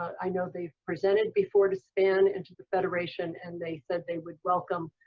i know they've presented before to span and to the federation, and they said they would welcome,